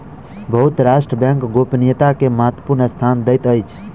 बहुत राष्ट्र बैंक गोपनीयता के महत्वपूर्ण स्थान दैत अछि